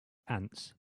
ants